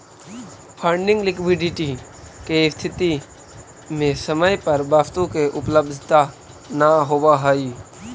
funding liquidity के स्थिति में समय पर वस्तु के उपलब्धता न होवऽ हई